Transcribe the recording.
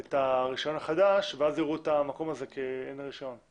את הרישיון החדש ואז יראו את המקום הזה כאילו אין לו רישיון,